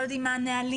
לא יודעים מה הנהלים,